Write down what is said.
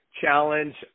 challenge